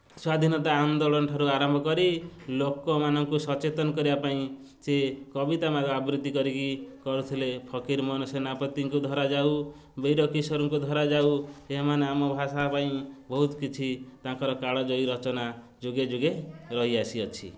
ସ୍ଵାଧୀନତା ଆନ୍ଦୋଳନ ଠାରୁ ଆରମ୍ଭ କରି ଲୋକମାନଙ୍କୁ ସଚେତନ କରିବା ପାଇଁ ସିଏ କବିତା ଆବୃତି କରିକି କରୁଥିଲେ ଫକୀର ମୋହନ ସେନାପତିଙ୍କୁ ଧରାଯାଉ ବୀର କିଶୋରଙ୍କୁ ଧରାଯାଉ ସେମାନେ ଆମ ଭାଷା ପାଇଁ ବହୁତ କିଛି ତାଙ୍କର କାଳଜୟୀ ରଚନା ଯୁଗେ ଯୁଗେ ରହି ଆସିଅଛି